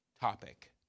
topic